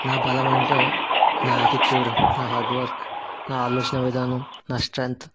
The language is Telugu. నా బలం అంటే నా అటిట్యూడ్ నా హార్డ్వర్క్ నా ఆలోచన విధానం నా స్ట్రెంత్